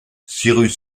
cyrus